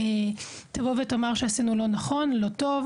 תבוא ותאמר שעשינו לא טוב,